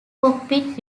cockpit